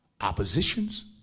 oppositions